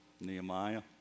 Nehemiah